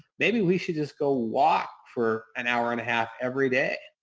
maybe we should just go walk for an hour-and-a-half every day.